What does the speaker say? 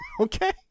Okay